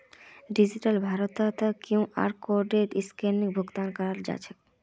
digital भारतत QR scanner जरीए भुकतान कराल जाछेक